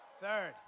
Third